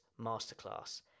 masterclass